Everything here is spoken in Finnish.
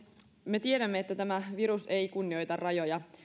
me tiedämme että tämä virus ei kunnioita rajoja